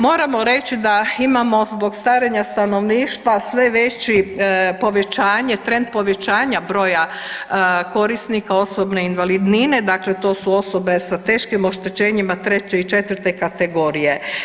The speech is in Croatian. Moramo reći da imamo zbog starenja stanovništva sve veći, povećanje, trend povećanja broja korisnika osobne invalidnine, dakle to su osobe sa teškim oštećenima 3. i 4. kategorije.